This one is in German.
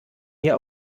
mir